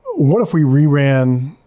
what if we re-ran